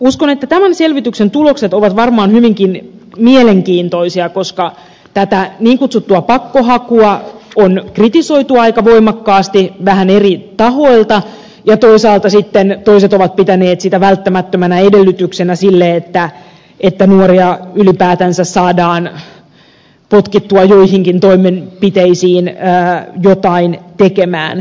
uskon että tämän selvityksen tulokset ovat varmaan hyvinkin mielenkiintoisia koska tätä niin kutsuttua pakkohakua on kritisoitu aika voimakkaasti vähän eri tahoilta ja toisaalta sitten toiset ovat pitäneet sitä välttämättömänä edellytyksenä sille että nuoria ylipäätänsä saadaan potkittua joihinkin toimenpiteisiin jotain tekemään